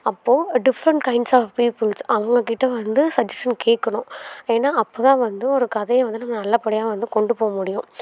அப்போ different kinds of peoples அவங்ககிட்ட வந்து சஜ்ஜஷன் கேட்கணும் ஏன்னா அப்போதான் வந்து ஒரு கதையை வந்து நம்ம நல்லபடியாக வந்து கொண்டு போக முடியும்